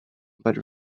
but